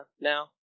now